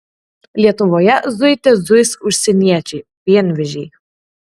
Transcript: lietuvoje zuite zuis užsieniečiai pienvežiai